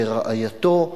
ורעייתו,